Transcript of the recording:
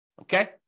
Okay